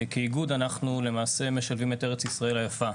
כאיגוד, אנחנו למעשה משלבים את ארץ ישראל היפה.